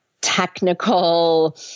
technical